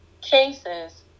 cases